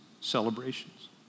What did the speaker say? celebrations